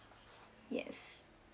yes